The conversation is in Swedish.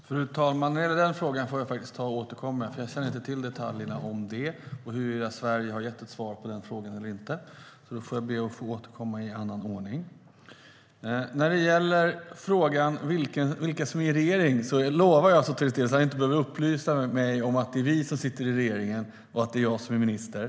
Fru talman! När det gäller den frågan får jag faktiskt ta och återkomma, för jag känner inte till detaljerna om detta. Jag känner inte till om Sverige har gett ett svar på den frågan eller inte, så jag ber att få återkomma i en annan ordning. När det gäller vilka som sitter i regeringen lovar jag Sotiris Delis att han inte behöver upplysa mig om att det är vi som gör det och att det är jag som är minister.